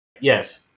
yes